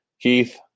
Keith